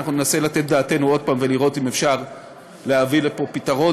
אנחנו ננסה לתת את דעתנו עוד פעם ולראות אם אפשר להביא פתרון,